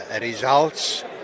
results